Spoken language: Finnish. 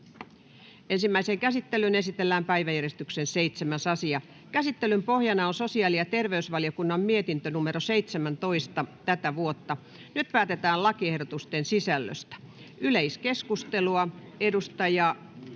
Ensimmäiseen käsittelyyn esitellään päiväjärjestyksen 7. asia. Käsittelyn pohjana on sosiaali- ja terveysvaliokunnan mietintö StVM 17/2023 vp. Nyt päätetään lakiehdotusten sisällöstä. Yleiskeskustelua,